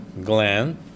gland